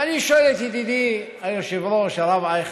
ואני שואל את ידידי היושב-ראש, הרב אייכלר,